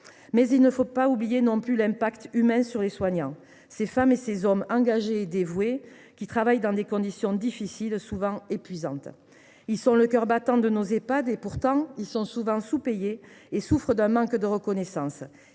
N’oublions pas non plus l’impact humain sur les soignants. Ces femmes et ces hommes engagés et dévoués travaillent dans des conditions difficiles, souvent épuisantes. Alors qu’ils sont le cœur battant de nos Ehpad, ils sont souvent sous payés et souffrent d’un manque de reconnaissance.